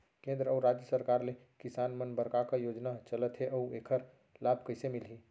केंद्र अऊ राज्य सरकार ले किसान मन बर का का योजना चलत हे अऊ एखर लाभ कइसे मिलही?